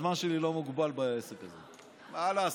הזמן שלי לא מוגבל בעסק הזה, מה לעשות?